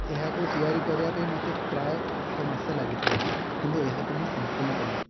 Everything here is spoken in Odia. ଏହାକୁ ତିଆରି କରିବା ପାଇଁ ମୋତେ ପ୍ରାୟ ଏକ ମାସ ଲାଗିଥିଲା କିନ୍ତୁ ଏହାକୁ ମୁଁ ସମ୍ପୂର୍ଣ୍ଣ କଲି